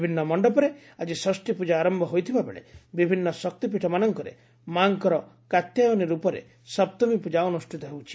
ବିଭିନ୍ନ ମଣ୍ଡପରେ ଆକି ଷଷୀ ପୂଜା ଆର ହୋଇଥିବାବେଳେ ବିଭିନ୍ନ ଶକ୍ତିପୀଠମାନଙ୍କରେ ମା'ଙ୍କର କାତ୍ୟାୟନୀ ର୍ପରେ ସପ୍ତମୀ ପୂଜା ଅନୁଷ୍ଠିତ ହେଉଛି